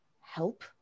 help